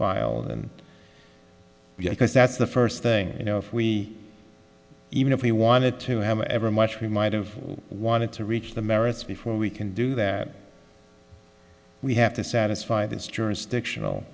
filed and because that's the first thing you know if we even if we wanted to have every much we might have wanted to reach the merits before we can do that we have to satisfy this jurisdictional